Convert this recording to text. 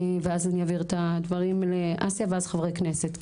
ואז אני אעביר את הדברים לאסיה ואז חברי כנסת.